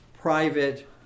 Private